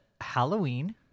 Halloween